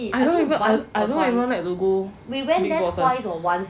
I don't even I don't even like to go big boss [one]